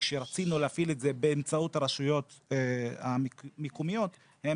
כשרצינו להפעיל את זה באמצעות הרשויות המקומיות הם